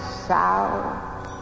south